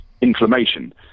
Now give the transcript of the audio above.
inflammation